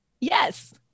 Yes